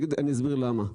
אני אסביר למה.